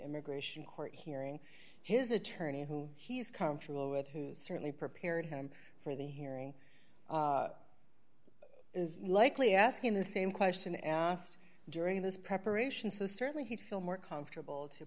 immigration court hearing his attorney who he's comfortable with who certainly prepared him for the hearing is likely asking the same question asked during this preparation so certainly he feel more comfortable to